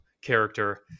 character